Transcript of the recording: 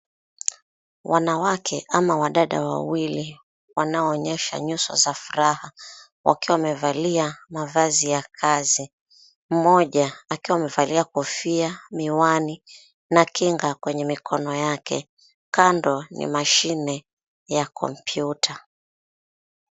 Wanawake ama wadada wawili, wanaoonyesha nyuso za furaha, wakiwa wamevalia mavazi ya kazi. Mmoja akiwa amevalia kofia, miwani, na kinga kwenye mikono yake. Kando ni mashine ya kompyuta.